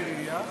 69),